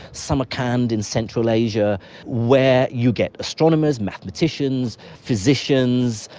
samarkand in central asia where you get astronomers, mathematicians, physicians,